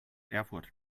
erfurt